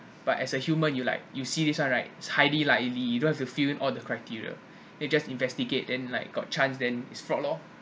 but as a human you like you see this one right it's highly likely you don't have to fill in all the criteria you just investigate then like got chance then is fraud lor